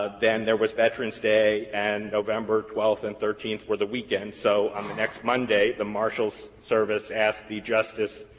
ah then there was veterans day, and november twelfth and thirteenth were the weekend. so on the next monday the marshals service asked the justice